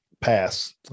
pass